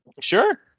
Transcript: Sure